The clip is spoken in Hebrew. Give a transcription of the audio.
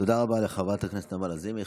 תודה רבה לחברת הכנסת נעמה לזימי.